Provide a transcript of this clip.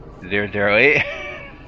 Zero-zero-eight